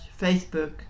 Facebook